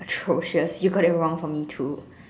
atrocious you got it wrong for me too